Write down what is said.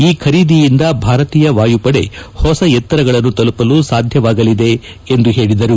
ಈ ಖರೀದಿಯಿಂದ ಭಾರತೀಯ ವಾಯುಪಡೆ ಹೊಸ ಎತ್ತರಗಳನ್ನು ತಲುಪಲು ಸಾಧ್ಯವಾಗಲಿದೆ ಎಂದು ಹೇಳಿದರು